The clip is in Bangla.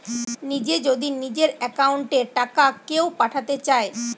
নিজে যদি নিজের একাউন্ট এ টাকা কেও পাঠাতে চায়